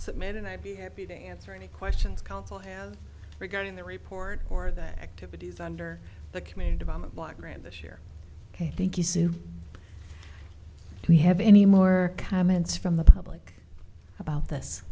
submit and i'd be happy to answer any questions council have regarding the report or that activities under the community development block grant this year thank you soon we have any more comments from the public about this